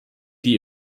die